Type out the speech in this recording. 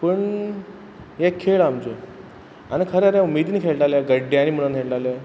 पूण ये खेळ आमचे आनी खरें खरें उमेदीन खेळटाले गड्ड्यांनी म्हणोन खेळटाले